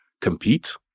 compete